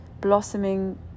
blossoming